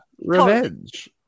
Revenge